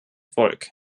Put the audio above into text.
volk